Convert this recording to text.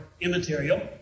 immaterial